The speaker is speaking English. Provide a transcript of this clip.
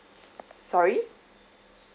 sorry